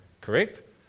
correct